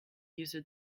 user